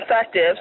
effective